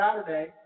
Saturday